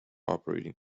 operating